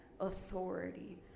authority